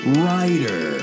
writer